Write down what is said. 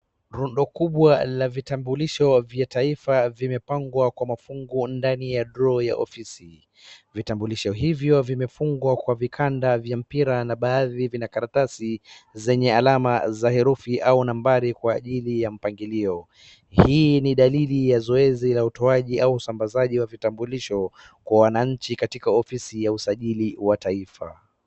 Rundo kubwa la vitambulisho vya taifa vimepangwa kwa mafungu ndani ya draw ya ofisi. Vitambulisho hivyo vimefungwa kwa vikanda vya mpira na baadhi vina karatasi zenye alama za herufi au nambari kwa ajili ya mpangilio. Hii ni dalili ya zoezi la utoaji au usambazaji wa vitambulisho kwa wananchi katika ofisi ya usajili wa taifa.